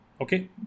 Okay